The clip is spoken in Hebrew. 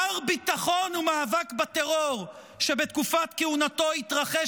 מר ביטחון ומאבק בטרור שבתקופת כהונתו התרחש